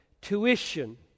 tuition